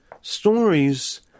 stories